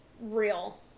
real